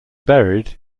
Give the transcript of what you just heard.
buried